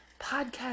podcast